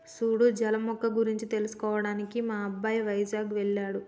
సూడు జల మొక్క గురించి తెలుసుకోవడానికి మా అబ్బాయి వైజాగ్ వెళ్ళాడు